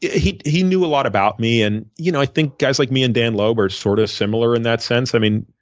yeah he he knew a lot of about me, and you know i think guys like me and dan loeb are sort of similar in that sense. i mean,